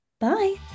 Bye